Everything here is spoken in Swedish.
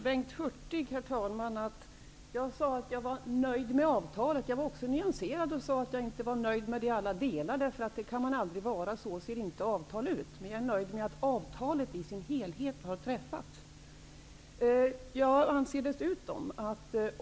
Herr talman! Jag sade, Bengt Hurtig, att jag var nöjd med avtalet. Jag var också nyanserad och sade att jag inte var nöjd med alla delar i det, därför att man aldrig kan vara det, så ser inte avtal ut. Men jag är nöjd med att avtalet i sin helhet har godkänts.